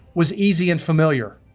was easy and familiar.